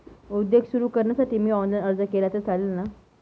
उद्योग सुरु करण्यासाठी मी ऑनलाईन अर्ज केला तर चालेल ना?